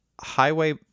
highway